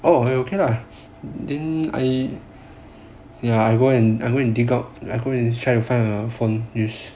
oh okay okay lah then I ya I go and I go and dig out go and try to find a phone first